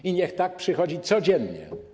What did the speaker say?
I niech tak przychodzi codziennie.